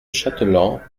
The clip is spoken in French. chateland